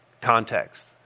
context